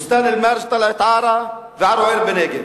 בוסתאן-אל-מרג', טלעת עארה, וערוער בנגב.